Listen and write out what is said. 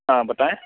हाँ बताएँ